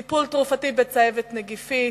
טיפול תרופתי בצהבת נגיפית,